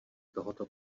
tohoto